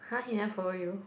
[huh] he never follow you